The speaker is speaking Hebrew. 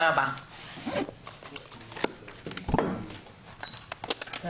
הישיבה ננעלה בשעה 12:45.